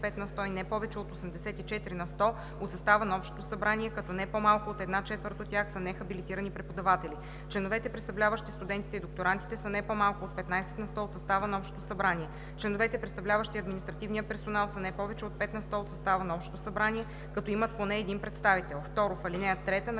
на сто и не повече от 84 на сто от състава на общото събрание, като не по-малко от една четвърт от тях са нехабилитирани преподаватели; членовете, представляващи студентите и докторантите, са не по-малко от 15 на сто от състава на общото събрание; членовете, представляващи административния персонал, са не повече от 5 на сто от състава на общото събрание, като имат поне един представител.“